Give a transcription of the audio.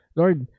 lord